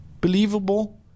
believable